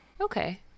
okay